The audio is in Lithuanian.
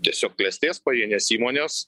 tiesiog klestės pavienės įmonės